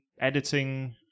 editing